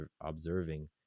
observing